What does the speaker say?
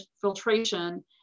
filtration